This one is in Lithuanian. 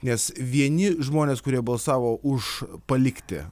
nes vieni žmonės kurie balsavo už palikti